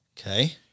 okay